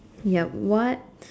ya what